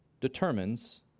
determines